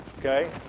Okay